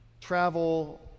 travel